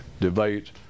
debate